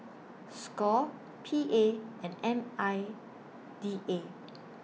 SCORE P A and M I D A